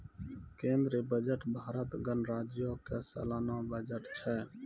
केंद्रीय बजट भारत गणराज्यो के सलाना बजट छै